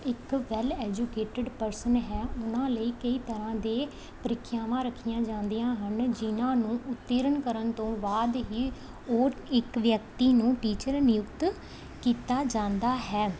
ਇੱਕ well educated person ਹੈ ਉਹਨਾਂ ਲਈ ਕਈ ਤਰ੍ਹਾਂ ਦੇ ਪ੍ਰੀਖਿਆਵਾਂ ਰੱਖੀਆਂ ਜਾਂਦੀਆਂ ਹਨ ਜਿਨ੍ਹਾਂ ਨੂੰ ਉਤੇਰਨ ਕਰਨ ਤੋਂ ਬਾਅਦ ਹੀ ਉਹ ਇੱਕ ਵਿਅਕਤੀ ਨੂੰ ਟੀਚਰ ਨਿਯੁਕਤ ਕੀਤਾ ਜਾਂਦਾ ਹੈ